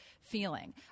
feeling